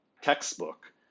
textbook